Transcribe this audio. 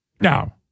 Now